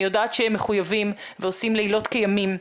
יודעת שהם מחויבים ועושים לילות כימים.